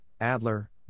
Adler